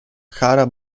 cara